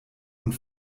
und